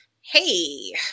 hey –